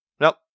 Nope